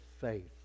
faith